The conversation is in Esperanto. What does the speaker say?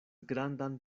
grandan